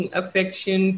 affection